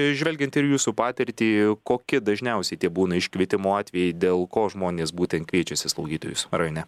žvelgiant ir jūsų patirtį kokie dažniausiai tie būna iškvietimo atvejai dėl ko žmonės būtent kviečiasi slaugytojus rajone